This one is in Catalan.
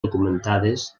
documentades